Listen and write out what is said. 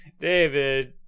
David